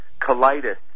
colitis